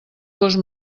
cost